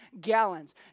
gallons